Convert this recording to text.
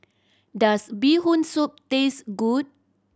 does Bee Hoon Soup taste good